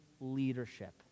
leadership